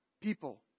people